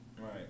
Right